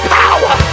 power